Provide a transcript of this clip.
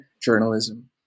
journalism